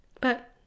But